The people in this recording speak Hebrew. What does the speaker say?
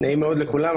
נעים מאוד לכולם,